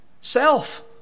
self